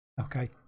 Okay